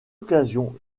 occasion